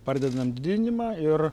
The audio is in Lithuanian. pradedam didinimą ir